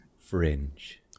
Fringe